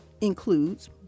includes